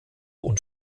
und